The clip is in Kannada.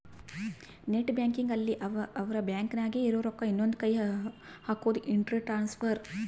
ನೆಟ್ ಬ್ಯಾಂಕಿಂಗ್ ಅಲ್ಲಿ ಅವ್ರ ಬ್ಯಾಂಕ್ ನಾಗೇ ಇರೊ ರೊಕ್ಕ ಇನ್ನೊಂದ ಕ್ಕೆ ಹಕೋದು ಇಂಟ್ರ ಟ್ರಾನ್ಸ್ಫರ್